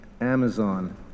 Amazon